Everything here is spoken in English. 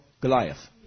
Goliath